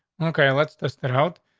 okay, let's just get out.